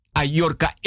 ayorka